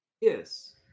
Yes